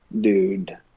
dude